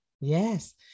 Yes